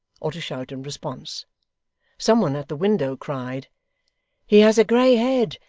or to shout in response some one at the window cried he has a grey head.